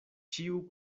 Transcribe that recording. ĉiu